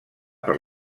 per